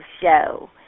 Show